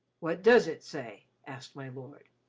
what does it say? asked my lord.